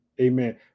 Amen